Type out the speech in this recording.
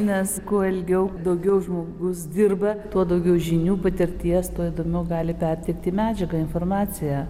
nes kuo ilgiau daugiau žmogus dirba tuo daugiau žinių patirties tuo įdomiau gali perteikti medžiagą informaciją